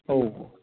औ